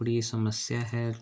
थोड़ी समस्या है